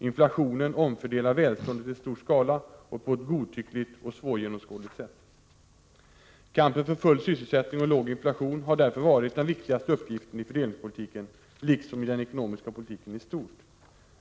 Inflationen omfördelar välståndet i stor skala och på ett godtyckligt och svårgenomskådligt sätt. Kampen för full sysselsättning och låg inflation har därför varit den viktigaste uppgiften i fördelningspolitiken, liksom i den ekonomiska politiken i stort.